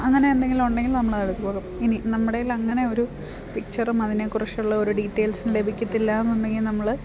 അങ്ങനെ എന്തെങ്കിലും ഉണ്ടെങ്കിൽ നമ്മൾ അതെടുക്കുകയുള്ളു ഇനി നമ്മളുടെ കയ്യിലങ്ങനെ ഒരു പിക്ച്ചറും അതിനേക്കുറിച്ചുള്ള ഒരു ഡീറ്റേയ്ൽസും ലഭിക്കത്തില്ലയെന്നുണ്ടെങ്കിൽ നമ്മൾ